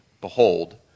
behold